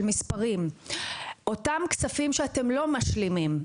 של מספרים: אותם כספים שאתם לא משלימים,